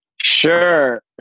Sure